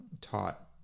taught